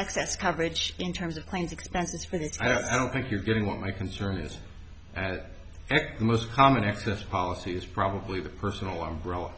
excess coverage in terms of planes expenses for the i don't think you're getting what my concern is that the most common access policy is probably the personal role